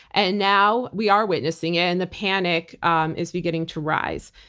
and now, we are witnessing and the panic um is beginning to rise.